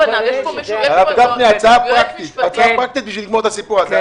יש לי הצעה פרקטית בשביל לסיים את העניין הזה.